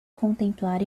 contemplar